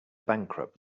bankrupt